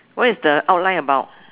what is the outline about